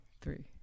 three